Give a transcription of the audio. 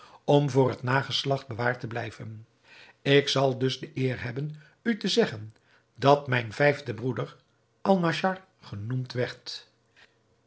om voor het nageslacht bewaard te blijven ik zal dus de eer hebben u te zeggen dat mijn vijfde broeder alnaschar genoemd werd